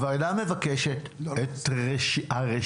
רגע, רן, הוועדה מבקשת את הרשימה.